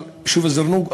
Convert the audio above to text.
על היישוב אלזרנוג,